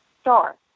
star